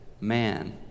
man